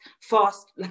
fast